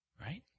Right